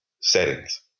settings